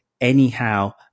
anyhow